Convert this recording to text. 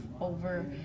over